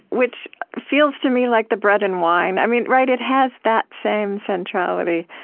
which feels to me like the bread and wine. i mean right? it has that same centrality.